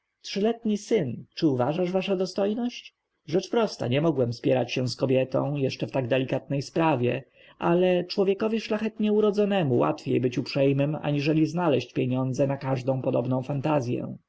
trzyletni syn czy uważasz wasza dostojność rzecz prosta nie mogłem spierać się z kobietą jeszcze w tak delikatnej sprawie ale człowiekowi szlachetnie urodzonemu łatwiej być uprzejmym aniżeli znaleźć pieniądze na każdą podobną fantazję